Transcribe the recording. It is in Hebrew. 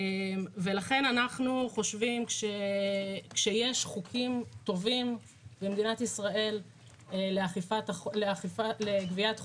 ולכן אנחנו חושבים שיש חוקים טובים במדינת ישראל לגביית חובות,